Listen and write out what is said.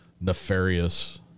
nefarious